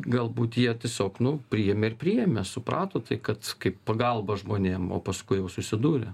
galbūt jie tiesiog nu priėmė ir priėmė suprato tai kad kaip pagalba žmonėm o paskui jau susidūrė